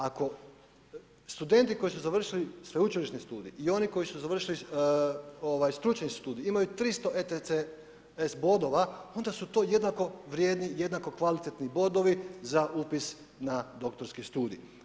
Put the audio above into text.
Ako studenti koji su završili sveučilišni studij i oni koji su završili stručni studij, imaju 300 ECTS bodova, onda su to jednako vrijedni, jednako kvalitetni bodovi za upis na doktorski studij.